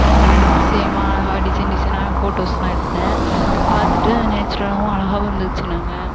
அவங்க ரெண்டு பேர்த்தையும் சேமாக அழகாக டிசைன் டிசைனாகலாம் ஃபோட்டோஸ்லாம் எடுத்தேன் பார்த்துட்டு நேச்சுரலாகவும் அழகாகவும் இருந்துச்சுன்னாங்க